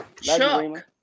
Chuck